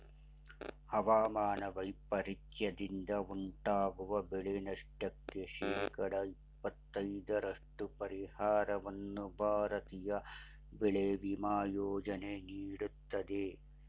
ಹವಾಮಾನ ವೈಪರೀತ್ಯದಿಂದ ಉಂಟಾಗುವ ಬೆಳೆನಷ್ಟಕ್ಕೆ ಶೇಕಡ ಇಪ್ಪತೈದರಷ್ಟು ಪರಿಹಾರವನ್ನು ಭಾರತೀಯ ಬೆಳೆ ವಿಮಾ ಯೋಜನೆ ನೀಡುತ್ತದೆ